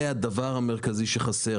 זה הדבר המרכזי שחסר.